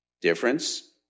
difference